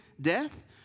death